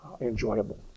enjoyable